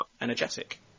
energetic